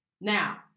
Now